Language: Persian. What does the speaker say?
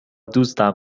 دوستم